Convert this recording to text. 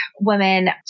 women